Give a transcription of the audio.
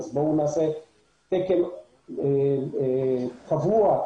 בואו נעשה תקן קבוע,